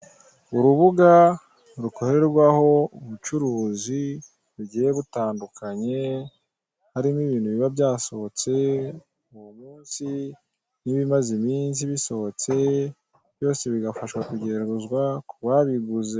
Urubuga rukorerwaho ubucuruzi bugiye butandukanye, harimo ibintu biba byasohotse uwo munsi n'ibimaze iminsi bisohotse, byose bigafashwa kugerezwa ku babiguze.